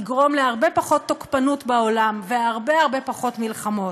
יגרום להרבה פחות תוקפנות בעולם והרבה הרבה פחות מלחמות.